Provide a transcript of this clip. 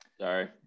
Sorry